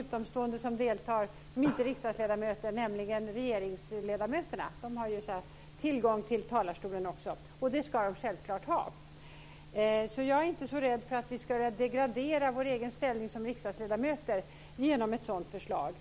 utomstående som deltar som inte är riksdagsledamöter, nämligen regeringsledamöterna. De har ju tillgång till talarstolen också, och det ska de självklart ha. Jag är alltså inte så rädd att vi skulle degradera vår egen ställning som riksdagsledamöter genom ett sådant förslag.